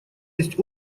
есть